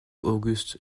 auguste